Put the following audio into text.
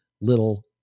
little